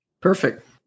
Perfect